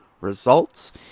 results